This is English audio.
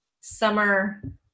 summer